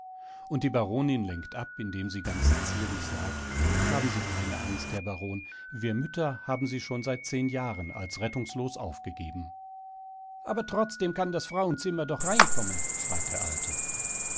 und die baronin lenkt ab indem sie ganz zierlich sagt haben sie keine angst herr baron wir mütter haben sie schon seit zehn jahren als rettungslos aufgegeben aber trotzdem kann das frauenzimmer doch reinkommen schreit der alte